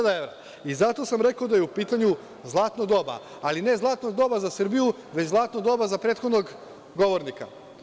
Zato sam rekao da je u pitanju zlatno doba, ali ne zlatno doba za Srbiju, već zlatno doba za prethodnog govornika.